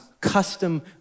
custom